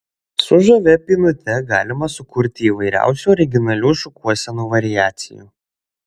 su žavia pynute galima sukurti įvairiausių originalių šukuosenų variacijų